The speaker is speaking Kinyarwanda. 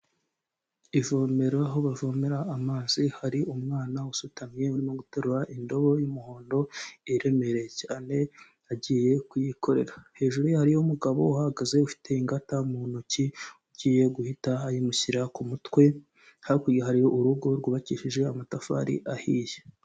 Ivomero aho bavomera amazi hari umwana usutamye no gu guterura indobo y'umuhondo iremereye cyane agiye kuyikorera, hejuru ye hariyo umugabo uhagaze ufite ingata mu ntoki ugiye guhita ayimushyira ku mutwe, hakurya hariyo urugo rwubakishije amatafari ahiye.